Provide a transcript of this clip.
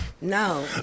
no